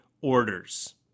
orders